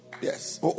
Yes